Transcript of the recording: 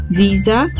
visa